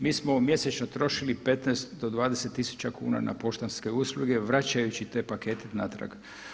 Mi smo mjesečno trošili 15 do 20000 kuna na poštanske usluge vraćajući te pakete natrag.